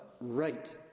right